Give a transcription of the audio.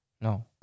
No